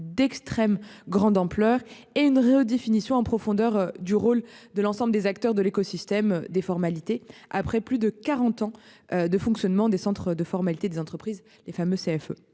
d'extrême grande ampleur et une redéfinition en profondeur du rôle de l'ensemble des acteurs de l'écosystème des formalités après plus de 40 ans de fonctionnement des centres de formalités des entreprises, les fameux CFE